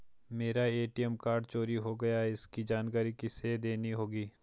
मेरा ATM card चोरी हो गया है इसकी जानकारी किसे देनी होगी?